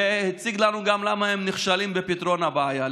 והציג לנו גם למה הם נכשלים בפתרון הבעיה.